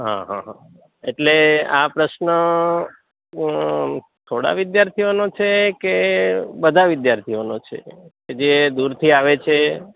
હા હા એટલે આ પ્રશ્ન થોડા વિદ્યાર્થીઓનો છે કે બધા વિદ્યાર્થીઓનો છે જે દૂર થી આવે છે